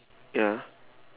ya